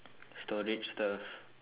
storage stuff